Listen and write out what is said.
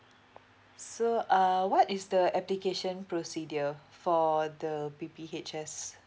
so uh what is the application procedure for the P P H S